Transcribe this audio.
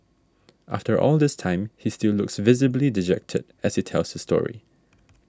after all this time he still looks visibly dejected as he tells this story